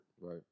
Right